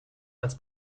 als